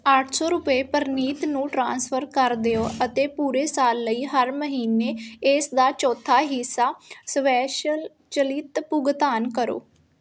ਅੱਠ ਸੌ ਰੁਪਏ ਪ੍ਰਨੀਤ ਨੂੰ ਟ੍ਰਾਂਸਫਰ ਕਰ ਦਿਓ ਅਤੇ ਪੂਰੇ ਸਾਲ ਲਈ ਹਰ ਮਹੀਨੇ ਇਸ ਦਾ ਚੌਥਾ ਹਿੱਸਾ ਸਵੈਚਲ ਚਲਿਤ ਭੁਗਤਾਨ ਕਰੋ